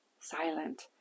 silent